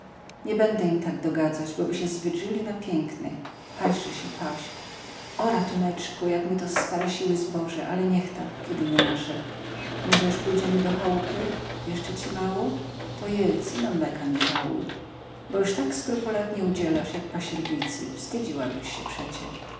nie bede im tak dogadzać boby się zwydrzyli na piekne paśże sie paś o ratuneczku jak my to starasiły zboże ale niechta kiedy nie nasze może już pójdziemy do chałupy jeszcze ci mało to jedz ino mleka nie żałuj bo już tak skrupulatnie udzielasz jak pasierbicy wstydziłabyś sie przecie